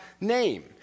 name